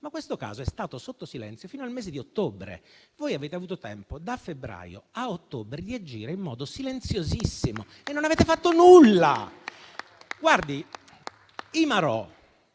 ma questo caso è stato sotto silenzio fino al mese di ottobre. Voi avete avuto tempo da febbraio a ottobre di agire in modo silenziosissimo e non avete fatto nulla.